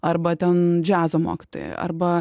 arba ten džiazo mokytojai arba